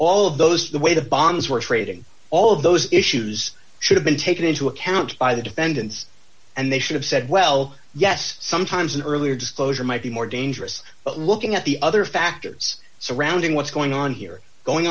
all of those the weight of bonds were trading all of those issues should have been taken into account by the defendants and they should have said well yes sometimes an earlier disclosure might be more dangerous but looking at the other factors surrounding what's going on here going